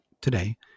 today